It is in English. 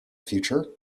future